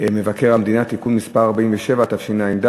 מבקר המדינה (תיקון מס' 47), התשע"ד 2013,